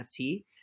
NFT